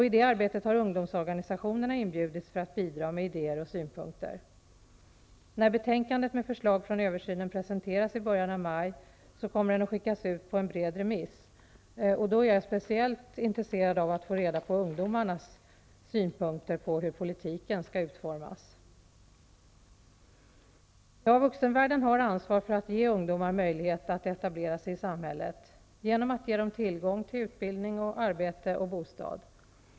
I det arbetet har ungdomsorganisationerna inbjudits för att bidra med idéer och synpunkter. När betänkandet med förslag från översynen presenteras i början av maj kommer den att skickas ut på en bred remiss, och då är jag speciellt intresserad av att få reda på ungdomarnas synpunkter på hur politiken skall utformas. Vuxenvärlden har ansvar för att ge ungdomar möjlighet att etablera sig i samhället genom att ge dem tillgång till utbildning, arbete och bostad.